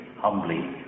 humbly